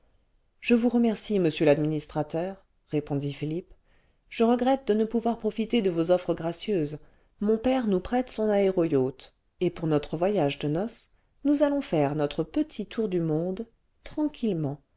je vous remercie monsieur l'administrateur répondit philippe je regrette de ne pouvoir profiter de vos offres gracieuses mon père nous prête son aéro yacht et pour notre voyage de noces nous allons faire notre petit tour du monde tranquillement